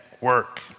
work